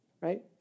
Right